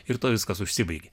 ir tuo viskas užsibaigė